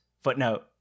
footnote